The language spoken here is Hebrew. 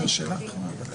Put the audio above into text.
נכון.